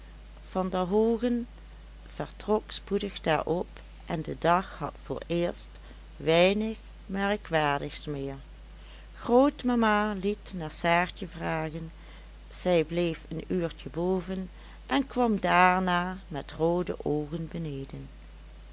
van der hoogen vertrok spoedig daarop en de dag had vooreerst weinig merkwaardigs meer grootmama liet naar saartje vragen zij bleef een uurtje boven en kwam daarna met roode oogen beneden